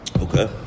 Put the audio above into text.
Okay